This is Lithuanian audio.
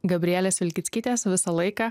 gabrielės vilkickytės visą laiką